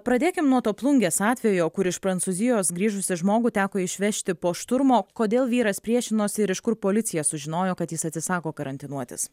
pradėkim nuo to plungės atvejo kur iš prancūzijos grįžusį žmogų teko išvežti po šturmo kodėl vyras priešinosi ir iš kur policija sužinojo kad jis atsisako karantinuotis